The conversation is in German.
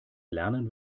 lernen